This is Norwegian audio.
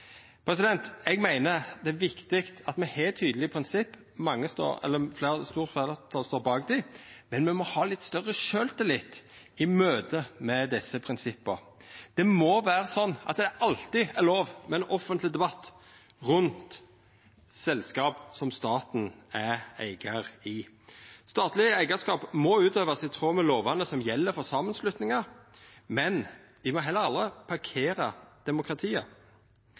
Eg meiner det er viktig at me har tydelege prinsipp eit stort fleirtal står bak, men me må ha litt større sjølvtillit i møte med desse prinsippa. Det må vera sånn at det alltid er lov med ein offentleg debatt rundt selskap som staten er eigar i. Statleg eigarskap må utøvast i tråd med lovane som gjeld for samanslutningar, men dei må heller aldri parkera demokratiet.